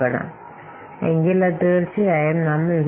അത് വികസിപ്പിക്കുന്നതിന് തീർച്ചയായും നാം അത് സ്വീകരിക്കണം